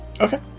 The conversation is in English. okay